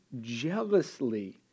jealously